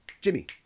Jimmy